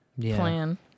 plan